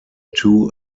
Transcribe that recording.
two